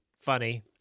funny